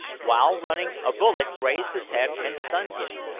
while running, a bullet grazed his head and stunned him.